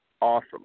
Awesome